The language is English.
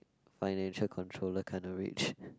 financial controller kind of rich